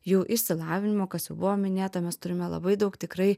jų išsilavinimo kas jau buvo minėta mes turime labai daug tikrai